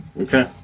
okay